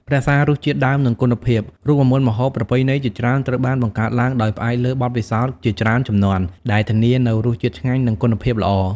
រក្សារសជាតិដើម និងគុណភាព រូបមន្តម្ហូបប្រពៃណីជាច្រើនត្រូវបានបង្កើតឡើងដោយផ្អែកលើបទពិសោធន៍ជាច្រើនជំនាន់ ដែលធានានូវរសជាតិឆ្ងាញ់ និងគុណភាពល្អ។